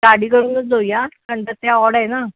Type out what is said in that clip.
गाडी करूनच जाऊया कारण का ते ऑड आहे ना